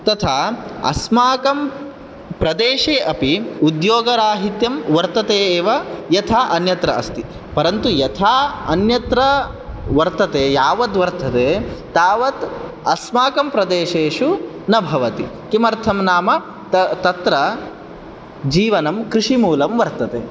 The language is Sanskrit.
तथा अस्माकं प्रदेशे अपि उद्योग राहित्यं वर्तते एव यथा अन्यत्र अस्ति परन्तु यथा अन्यत्र वर्तते यावत् वर्तते तावत् अस्माकं प्रदेशेषु न भवति किमर्थं नाम तत्र जीवनं कृषिमूलं वर्तते